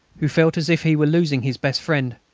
who felt as if he were losing his best friend.